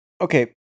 Okay